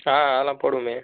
ஆ அதெலாம் போடுவோமே